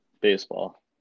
Baseball